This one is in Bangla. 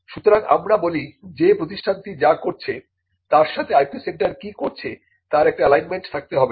সুতরাং আমরা বলি যে প্রতিষ্ঠানটি যা করছে তার সাথে IP সেন্টার কি করছে তার একটি অ্যালাইনমেন্ট থাকতে হবে